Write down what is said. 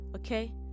Okay